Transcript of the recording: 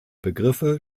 begriffe